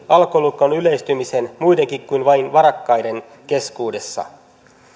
alkolukon yleistymisen muidenkin kuin vain varakkaiden keskuudessa